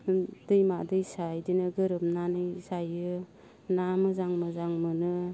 दैमा दैसा इदिनो गोरोमनानै जायो ना मोजां मोजां मोनो